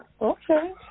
Okay